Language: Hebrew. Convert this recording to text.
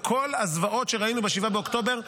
וכל הזוועות שראינו ב-7 באוקטובר,